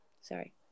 Sorry